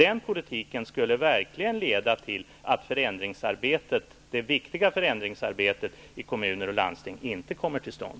Den politiken skulle verkligen leda till att det viktiga förändringsarbetet i kommuner och landsting inte kommer till stånd.